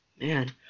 Man